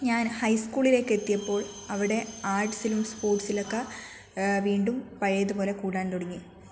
ഞാൻ ഹൈസ്കൂളിലേക്കെത്തിയപ്പോ ൾ അവിടെ ആർട്സിലും സ്പോർട്സിലോക്കെ വീണ്ടും പഴയതുപോലെ കൂടാൻ തുടങ്ങി